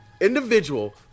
Individual